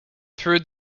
through